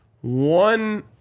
one